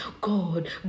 God